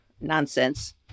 nonsense